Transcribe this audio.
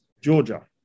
Georgia